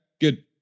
Good